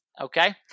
okay